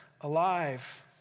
alive